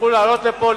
תוכלו לעלות לפה,